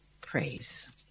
praise